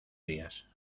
días